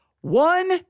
One